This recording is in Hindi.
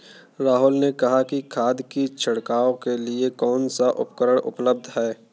राहुल ने कहा कि खाद की छिड़काव के लिए कौन सा उपकरण उपलब्ध है?